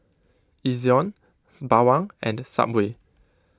Ezion Bawang and Subway